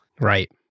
Right